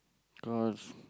cause